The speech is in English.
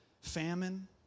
famine